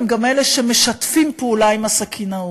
הם גם אלה שמשתפים פעולה עם הסכינאות.